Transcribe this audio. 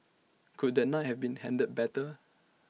could that night have been handled better